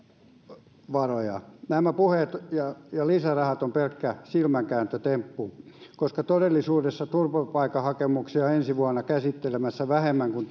lisävaroja nämä puheet ja ja lisärahat ovat pelkkä silmänkääntötemppu koska todellisuudessa turvapaikkahakemuksia on ensi vuonna käsittelemässä vähemmän käsittelijöitä kuin